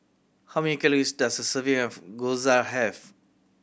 how many calories does a serving of Gyoza have